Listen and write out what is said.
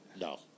No